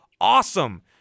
awesome